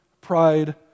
pride